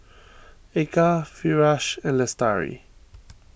Eka Firash and Lestari